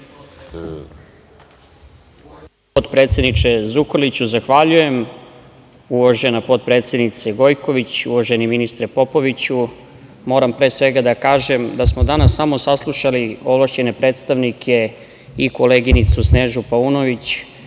Potpredsedniče Zukorliću, zahvaljujem. Uvažena potpredsednice Gojković, uvaženi ministre Popoviću, moram pre svega da kažem da smo danas samo saslušali ovlašćene predstavnike i koleginicu Snežanu Paunović,